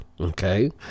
okay